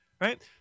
right